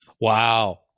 Wow